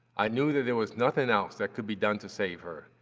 i knew that there was nothing else that could be done to save her,